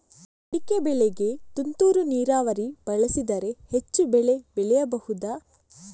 ಅಡಿಕೆ ಬೆಳೆಗೆ ತುಂತುರು ನೀರಾವರಿ ಬಳಸಿದರೆ ಹೆಚ್ಚು ಬೆಳೆ ಬೆಳೆಯಬಹುದಾ?